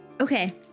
Okay